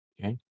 Okay